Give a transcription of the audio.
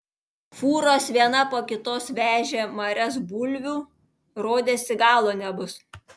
fūros viena po kitos vežė marias bulvių rodėsi galo nebus